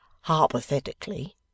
hypothetically